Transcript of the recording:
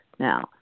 Now